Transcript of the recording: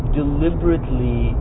deliberately